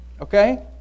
okay